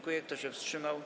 Kto się wstrzymał?